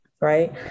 Right